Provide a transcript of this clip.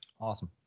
Awesome